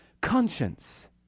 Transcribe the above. conscience